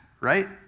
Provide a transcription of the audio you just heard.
right